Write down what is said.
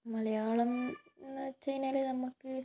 മലയാളം എന്നുവെച്ചു കഴിഞ്ഞാൽ നമുക്ക്